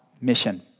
mission